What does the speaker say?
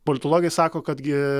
politologai sako kad gi